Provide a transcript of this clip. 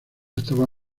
está